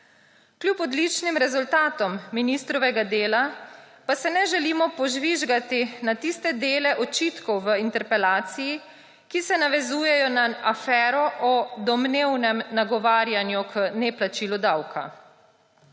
Kljub odličnim rezultatom ministrovega dela pa se ne želimo požvižgati na tiste dele očitkov v interpelaciji, ki se navezujejo na afero o domnevnem nagovarjanju k neplačilu davka.